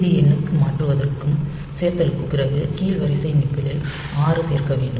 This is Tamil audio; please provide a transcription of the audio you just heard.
டி எண்ணுக்கு மாற்றுவதற்கு சேர்த்தலுக்குப் பிறகு கீழ் வரிசை நிப்பிலில் ஆறு சேர்க்க வேண்டும்